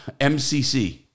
MCC